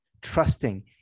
trusting